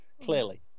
clearly